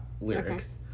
lyrics